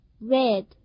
red